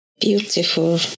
Beautiful